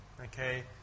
Okay